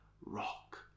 rock